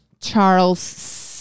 charles